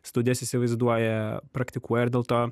studijas įsivaizduoja praktikuoja ir dėl to